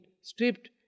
stripped